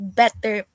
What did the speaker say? better